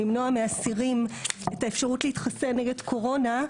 למנוע מאסירים את האפשרות להתחסן נגד קורונה,